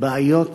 בעיות